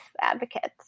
advocates